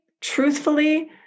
truthfully